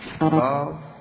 Love